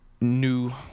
new